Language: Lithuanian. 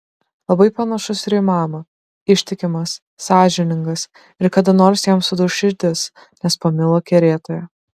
labai panašus ir į mamą ištikimas sąžiningas ir kada nors jam suduš širdis nes pamilo kerėtoją